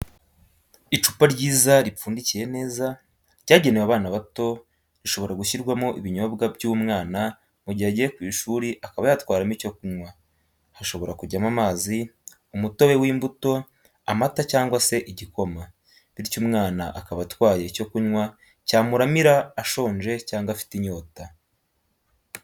Icupa ryiza ripfundikiye neza, ryagenewe abana bato rishobora gushyirwamo ibinyobwa by'umwana mu gihe agiye ku ishuri akaba yatwaramo icyo kunywa, hashobora kujyamo amazi, umutobe w'imbuto, amata cyangwa se igikoma, bityo umwana akaba atwaye icyo kunywa cyamuramira ashonje cyangwa afite inyota.